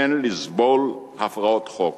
אין לסבול הפרות חוק.